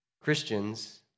Christians